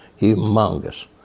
humongous